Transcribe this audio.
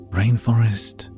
rainforest